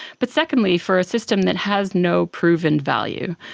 but secondly for a system that has no proven value.